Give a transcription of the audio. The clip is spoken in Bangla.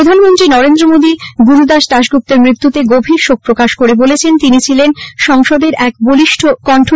প্রধানমন্ত্রী নরেন্দ্র মোদী গুরুদাশ দাশগুপ্তের মৃত্যুতে গভীর শোক প্রকাশ করে বলেছেন তিনি ছিলেন সংসদের এক বলিষ্ঠ কণ্ঠশ্বর